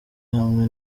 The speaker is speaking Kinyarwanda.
hamwe